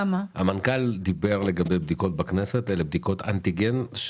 המנכ"ל דיבר לגבי בדיקות אנטיגן בכנסת,